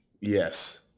Yes